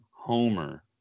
homer